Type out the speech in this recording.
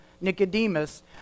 Nicodemus